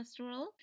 cholesterol